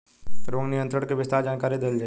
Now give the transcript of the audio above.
रोग नियंत्रण के विस्तार जानकरी देल जाई?